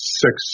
six